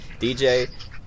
DJ